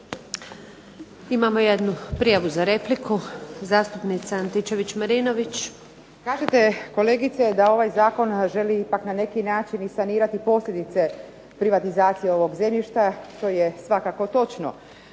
Imamo jednu prijavu za repliku, zastupnica Antičević-Marinović. **Antičević Marinović, Ingrid (SDP)** Kažete kolegice da ovaj zakon želi ipak na neki način i sanirati posljedice privatizacije ovog zemljišta, to je svakako točno.